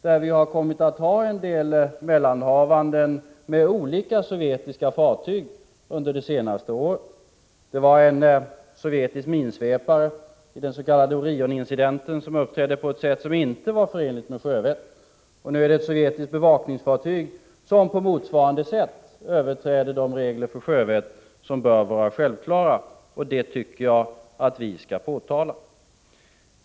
Det har ju förekommit en del mellanhavanden under det senaste året, med olika sovjetiska fartyg inblandade. En sovjetisk minsvepare t.ex. uppträdde ju vid den s.k. Orionincidenten på ett sätt som inte var förenligt med reglerna för sjövett. Och nu gäller det alltså ett sovjetiskt bevakningsfartyg som på motsvarande sätt överträder de regler för sjövett som bör vara självklara. Detta tycker jag att vi skall påtala.